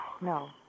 No